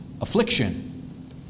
affliction